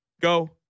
Go